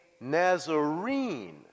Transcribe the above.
Nazarene